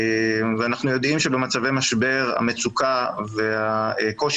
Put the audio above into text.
אנחנו יודעים שבמצבי משבר המצוקה והקושי